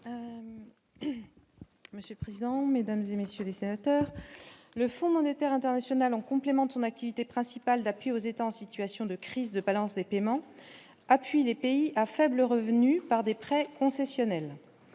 Monsieur le président, Mesdames et messieurs les sénateurs, le Fonds monétaire international, en complément de son activité principale d'appui aux États en situation de crise de balance des paiements, appuie les pays à faible revenu par des prêts aux concessionnaires